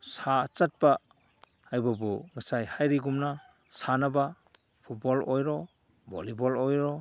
ꯆꯠꯄ ꯍꯥꯏꯕꯕꯨ ꯉꯁꯥꯏ ꯍꯥꯏꯔꯤꯒꯨꯝꯅ ꯁꯥꯟꯅꯕ ꯐꯨꯠꯕꯣꯜ ꯑꯣꯏꯔꯣ ꯕꯣꯜꯂꯤꯕꯣꯜ ꯑꯣꯏꯔꯣ